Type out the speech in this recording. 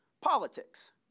politics